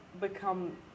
become